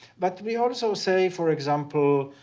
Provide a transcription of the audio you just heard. but we also say, for example,